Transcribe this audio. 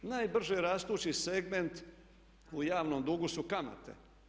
Najbrže rastući segment u javnom dugu su kamate.